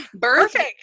Perfect